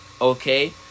Okay